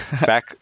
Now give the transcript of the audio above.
Back